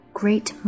great